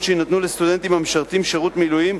שיינתנו לסטודנטים המשרתים שירות מילואים